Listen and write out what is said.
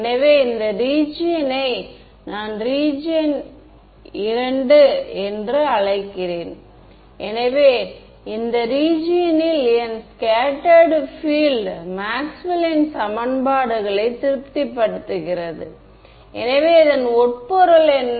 எனவே மீண்டும் ஒரு எளிய முறையில் இதை திரும்பப் பார்ப்பது எங்களுக்கு உதவியாக இருக்கும்